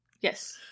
Yes